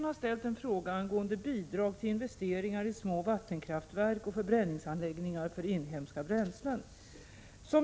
Herr talman!